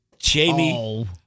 Jamie